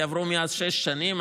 כי עברו מאז שש שנים.